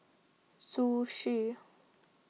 Zhu Xu